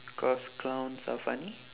cause clowns are funny